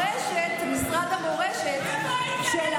משרדים שפוגעים קשה מאוד בתפקוד שלהם ובשירות הציבורי,